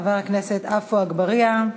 חבר הכנסת עפו אגבאריה,